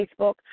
Facebook